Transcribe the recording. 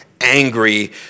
angry